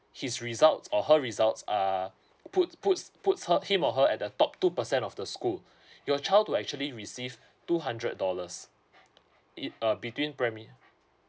his results or her results are put puts puts her him or her at the top two percent of the school your child will actually receive two hundred dollars in uh between primary